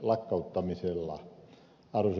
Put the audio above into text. arvoisa puhemies